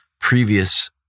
previous